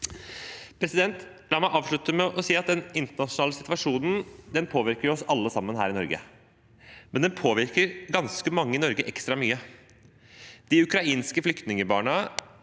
samfunn. La meg avslutte med å si at den internasjonale situasjonen påvirker oss alle sammen her i Norge, men den påvirker ganske mange i Norge ekstra mye: de ukrainske flyktningbarna